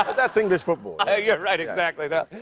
that's english football. you're right, exactly there.